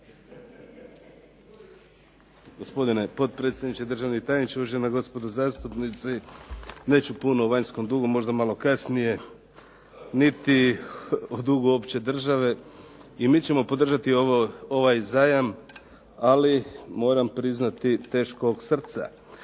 Gospodine potpredsjedniče, državni tajniče, uvažena gospodo zastupnici. Neću puno o vanjskom dugu, možda malo kasnije, niti o dugu uopće države. I mi ćemo podržati ovaj zajam, ali moram priznati teškog srca.